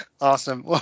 awesome